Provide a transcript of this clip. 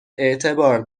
اعتبار